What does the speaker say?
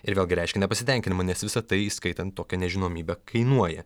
ir vėlgi reiškia nepasitenkinimą nes visa tai įskaitant tokią nežinomybę kainuoja